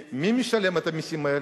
כי, מי משלם את המסים האלה?